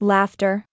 Laughter